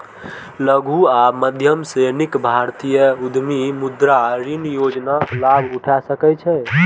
लघु आ मध्यम श्रेणीक भारतीय उद्यमी मुद्रा ऋण योजनाक लाभ उठा सकै छै